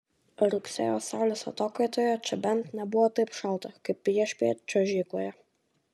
rugsėjo saulės atokaitoje čia bent nebuvo taip šalta kaip priešpiet čiuožykloje